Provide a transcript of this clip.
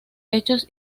hechos